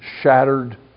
shattered